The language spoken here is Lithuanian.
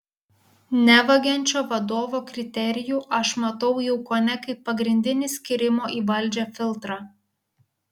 nevagiančio vadovo kriterijų aš matau jau kone kaip pagrindinį skyrimo į valdžią filtrą